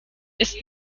ist